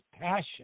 passion